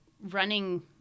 running